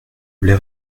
les